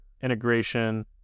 integration